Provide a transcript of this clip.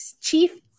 chief